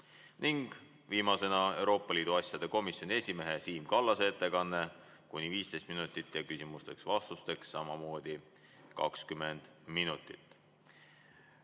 Ning viimasena on Euroopa Liidu asjade komisjoni esimehe Siim Kallase ettekanne kuni 15 minutit ja küsimusteks-vastusteks 20 minutit.